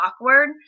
awkward